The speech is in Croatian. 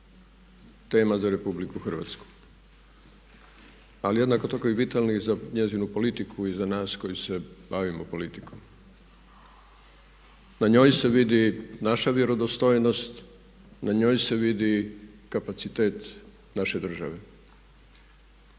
tema za RH, ali jednako tako i vitalna za njezinu politiku i za nas koji se bavimo politikom. Na njoj se vidi naša vjerodostojnost, na njoj se vidi kapacitet naše države.